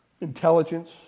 intelligence